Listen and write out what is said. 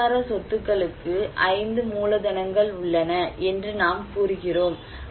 வாழ்வாதார சொத்துக்களுக்கு 5 மூலதனங்கள் உள்ளன என்று நாம் கூறுகிறோம்